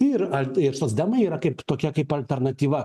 ir ar ir socdemai yra kaip tokia kaip alternatyva